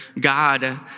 God